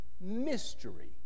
mystery